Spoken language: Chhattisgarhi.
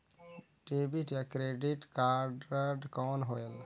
डेबिट या क्रेडिट कारड कौन होएल?